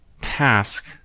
task